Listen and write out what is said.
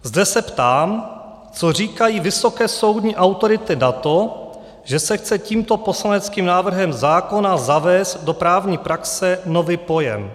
Zde se ptám, co říkají vysoké soudní autority na to, že se chce tímto poslaneckým návrhem zákona zavést do právní praxe nový pojem.